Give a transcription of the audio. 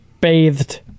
bathed